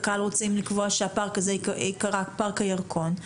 עכשיו קק"ל רוצים לקבוע שהפארק הזה ייקרא פארק הירקון,